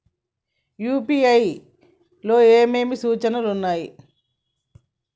UPI లో ఏమేమి సూచనలు ఉన్నాయి?